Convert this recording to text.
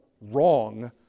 wrong